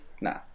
nah